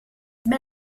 mais